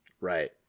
right